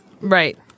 right